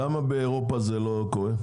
למה באירופה זה לא קורה?